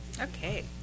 Okay